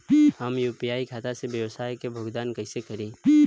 हम यू.पी.आई खाता से व्यावसाय के भुगतान कइसे करि?